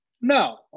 No